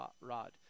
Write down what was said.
rod